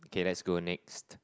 okay let's go next